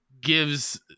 gives